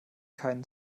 keinen